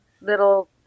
little